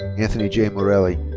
anthony j. morelli.